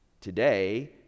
Today